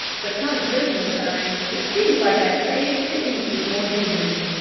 but come christmas time it seems like i craves to eat with more humans.